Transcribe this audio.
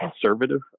conservative